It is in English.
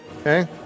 Okay